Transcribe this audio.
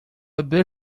bebê